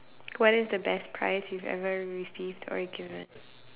what is the best prize you ever received or given